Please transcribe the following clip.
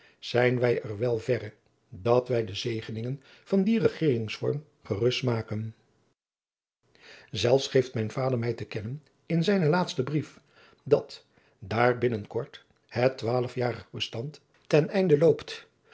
zijn er wel verre dat wij de zegeningen van dien regeringsvorm gerust smaken zelfs geeft mijn vader mij te kennen in zijnen laatsten brief dat daar binnen kort het twaalfjarig bestand ten einde loopt